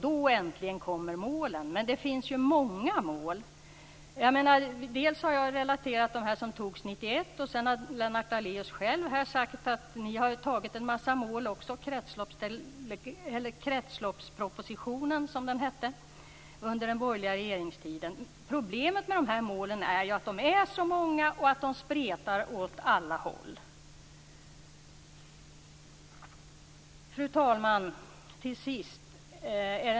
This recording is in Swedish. Då äntligen kommer målen. Men det finns många mål. Jag har refererat till de mål som fastställdes 1991. Sedan har Lennart Daléus själv nämnt kretsloppspropositionen från den borgerliga regeringstiden. Problemet med målen är att de är många och spretar åt alla håll. Fru talman!